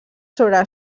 sobre